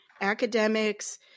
academics